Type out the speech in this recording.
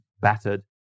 battered